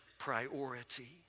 priority